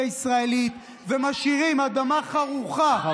הישראלית ומשאירים אדמה חרוכה רק כדי,